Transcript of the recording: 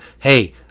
Hey